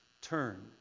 Turn